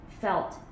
felt